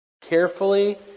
carefully